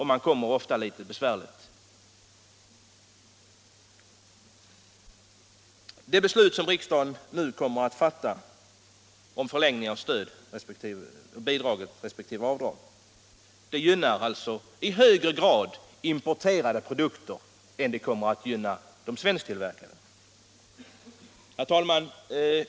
särskilt investe Det beslut som riksdagen nu kommer att fatta om förlängning av bidrag — ringsavdrag och resp. avdrag gynnar alltså i högre grad importerade produkter än svensk = statligt investeringstillverkade. bidrag Herr talman!